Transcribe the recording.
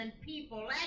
People